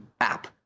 App